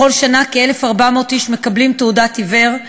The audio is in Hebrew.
בכל שנה כ-1,400 איש מקבלים תעודת עיוור.